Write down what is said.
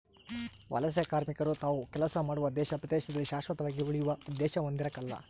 ವಲಸೆಕಾರ್ಮಿಕರು ತಾವು ಕೆಲಸ ಮಾಡುವ ದೇಶ ಪ್ರದೇಶದಲ್ಲಿ ಶಾಶ್ವತವಾಗಿ ಉಳಿಯುವ ಉದ್ದೇಶ ಹೊಂದಿರಕಲ್ಲ